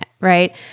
Right